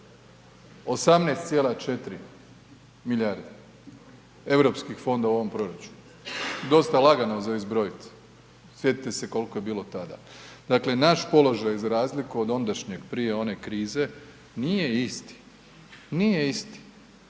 18,4 milijarde Europskih fondova u ovom proračunu, dosta lagano za izbrojit. Sjetite se koliko je bilo tada. Dakle naš položaj za razliku od ondašnjeg, prije one krize nije isti, nije isti,